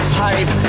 pipe